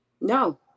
No